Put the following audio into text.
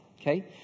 Okay